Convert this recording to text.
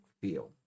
feel